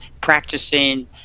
practicing